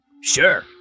Sure